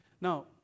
Now